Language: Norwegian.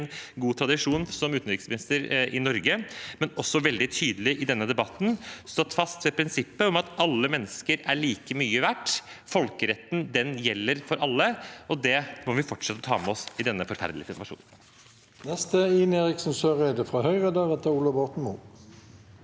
god tradisjon som utenriksminister i Norge, men også veldig tydelig i denne debatten har stått fast ved prinsippet om at alle mennesker er like mye verdt. Folkeretten gjelder for alle, og det må vi fortsette å ta med oss i denne forferdelige situasjonen.